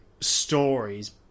stories